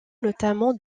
notamment